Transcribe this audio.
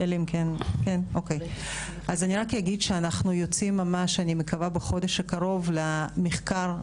אני רק אגיד שאנחנו יוצאים ממש אני מקווה בחודש הקרוב למחקר.